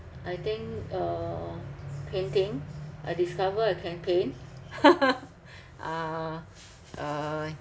I think uh painting I discover I can paint uh uh